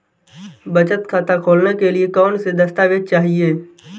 बचत खाता खोलने के लिए कौनसे दस्तावेज़ चाहिए?